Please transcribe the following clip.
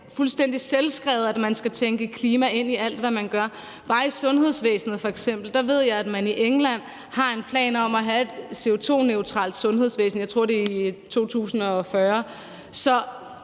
fuldstændig selvskrevet, at man skal tænke klima ind i alt, hvad man gør. Bare inden for sundhedsvæsenet f.eks. ved jeg at man i England har en plan om at have et CO2-neutralt sundhedsvæsen – jeg tror, det er i 2040. Så